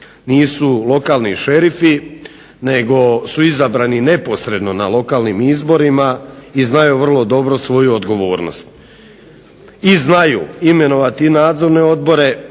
nisu lokalni šerifi nego su izabrani neposredno na lokalnim izborima i znaju vrlo dobro svoju odgovornost. I znaju imenovati nadzorne odbore,